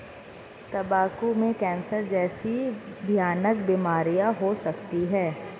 तंबाकू से कैंसर जैसी भयानक बीमारियां हो सकती है